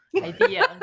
idea